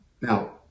Now